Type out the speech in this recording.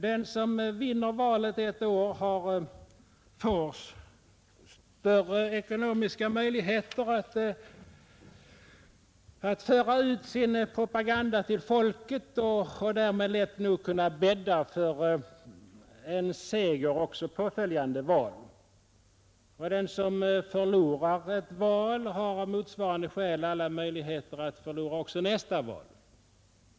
Den som vinner valet ett år får större ekonomiska möjligheter att föra ut sin propaganda till folket och därmed lätt nog kunna bädda för en seger också påföljande val, och den som förlorar ett val har av motsvarande skäl alla möjligheter att förlora också nästa val.